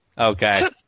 Okay